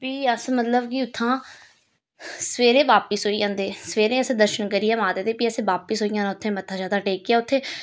फ्ही अस मतलब कि उत्थां सवेरे बापस होई जन्दे सवेरे अस दर्शन करियै माता दे फ्ही असें बापस होई जाना उत्थें मत्था शत्था टेकआ उत्थें